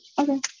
okay